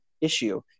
issue